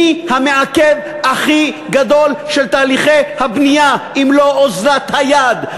מי המעכב הכי גדול של תהליכי הבנייה אם לא אוזלת היד,